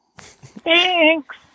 Thanks